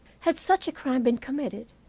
had such a crime been committed,